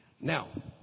Now